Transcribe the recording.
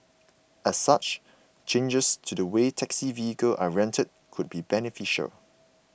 as such changes to the way taxi vehicles are rented could be beneficial